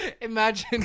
Imagine